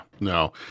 No